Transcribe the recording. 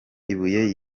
ibuye